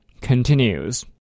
continues